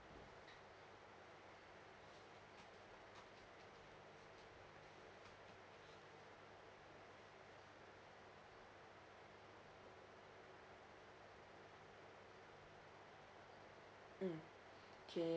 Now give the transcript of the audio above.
mm K